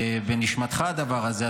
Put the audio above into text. ובנשמתך הדבר הזה,